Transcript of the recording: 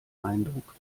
eindruck